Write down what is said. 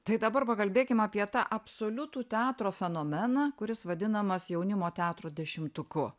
tai dabar pakalbėkim apie tą absoliutų teatro fenomeną kuris vadinamas jaunimo teatro dešimtuku